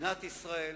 מדינת ישראל,